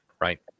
right